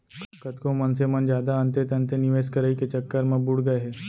कतको मनसे मन जादा अंते तंते निवेस करई के चक्कर म बुड़ गए हे